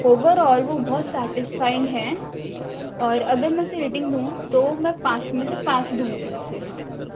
over all وہ بہت satisfying ہیں اور اگر میں اسے ریٹنگ دوں تو وہ میں پانچ میں سے پانچ دوں گی اسے